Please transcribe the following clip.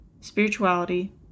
spirituality